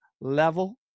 level